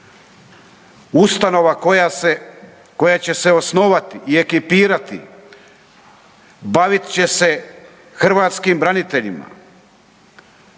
Ustanova koja će se osnovati i ekipirati bavit će hrvatskim braniteljima.